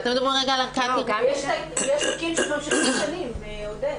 יש תיקים שממשיכים שנים, עודד.